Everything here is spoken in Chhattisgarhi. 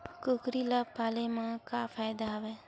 कुकरी ल पाले म का फ़ायदा हवय?